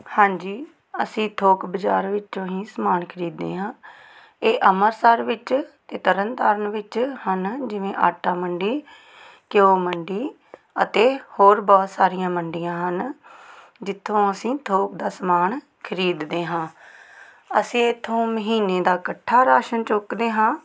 ਹਾਂਜੀ ਅਸੀਂ ਥੋਕ ਬਾਜ਼ਾਰ ਵਿੱਚੋਂ ਹੀ ਸਮਾਨ ਖਰੀਦਦੇ ਹਾਂ ਇਹ ਅੰਮ੍ਰਿਤਸਰ ਵਿੱਚ ਅਤੇ ਤਰਨ ਤਾਰਨ ਵਿੱਚ ਹਨ ਜਿਵੇਂ ਆਟਾ ਮੰਡੀ ਘਿਓ ਮੰਡੀ ਅਤੇ ਹੋਰ ਬਹੁਤ ਸਾਰੀਆਂ ਮੰਡੀਆਂ ਹਨ ਜਿੱਥੋਂ ਅਸੀਂ ਥੋਕ ਦਾ ਸਮਾਨ ਖਰੀਦਦੇ ਹਾਂ ਅਸੀਂ ਇਥੋਂ ਮਹੀਨੇ ਦਾ ਇਕੱਠਾ ਰਾਸ਼ਨ ਚੁੱਕਦੇ ਹਾਂ